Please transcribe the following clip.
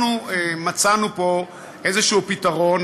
אנחנו מצאנו פה איזה פתרון,